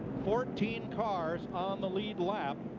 fourteen cars on the lead lap.